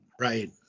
right